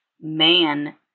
man